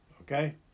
okay